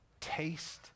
taste